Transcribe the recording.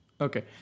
okay